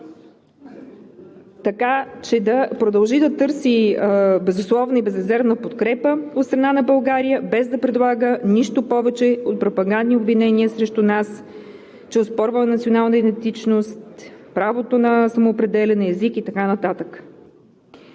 така че да продължи да търси безусловна и безрезервна подкрепа от страна на България, без да предлага нищо повече от пропагандни обвинения срещу нас, че оспорва национална идентичност, правото на самоопределяне, език и така нататък,